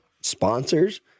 sponsors